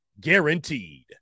guaranteed